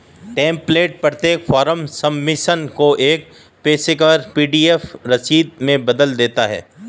template प्रत्येक form submission को एक पेशेवर पी.डी.एफ रसीद में बदल देता है